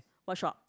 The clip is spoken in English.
what shop